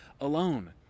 alone